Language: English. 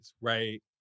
right